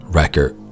record